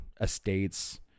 estate's